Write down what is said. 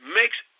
makes